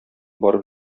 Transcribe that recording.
барып